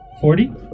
Forty